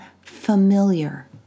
familiar